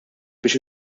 biex